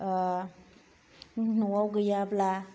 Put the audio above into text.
न'आव गैयाब्ला